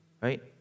Right